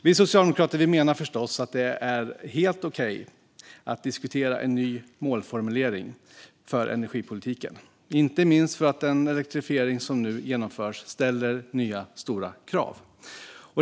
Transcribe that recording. Vi socialdemokrater menar förstås att det är helt okej att diskutera en ny målformulering för energipolitiken, inte minst för att den elektrifiering som nu genomförs ställer nya stora krav.